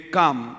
come